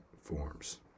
forms